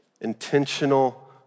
intentional